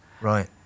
Right